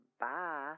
Bye